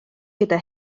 gyda